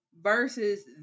versus